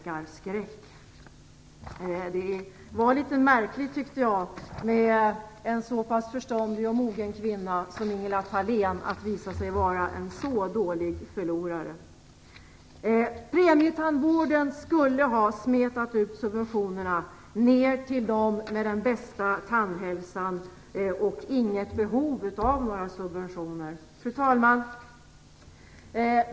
Det var litet märkligt tycker jag att en så pass förståndig och mogen kvinna som Ingela Thalén visade sig vara en så dålig förlorare. Premietandvården skulle ha smetat ut subventionerna, till att gälla även för dem med den bästa tandhälsan som inte har behov av några subventioner. Fru talman!